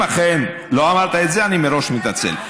אם אכן לא אמרת את זה, אני מראש מתנצל.